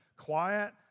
quiet